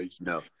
no